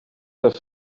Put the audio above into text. have